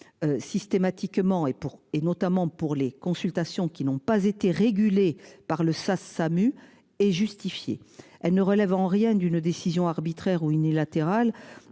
Systématiquement et pour, et notamment pour les consultations qui n'ont pas été régulé par le sas SAMU et justifiée. Elle ne relève en rien d'une décision arbitraire ou unilatérale